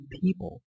people